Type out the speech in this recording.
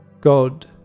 God